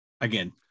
again